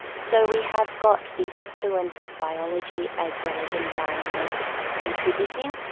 so we have got the influence of biology as well as environment contributing.